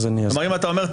אם אתה אומר,